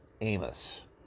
amos